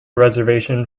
reservation